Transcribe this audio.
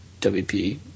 WP